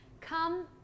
Come